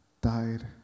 died